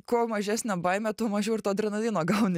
kuo mažesnė baimė tuo mažiau ir to adrenalino gauni